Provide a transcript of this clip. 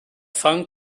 fans